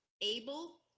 able